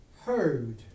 heard